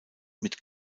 mit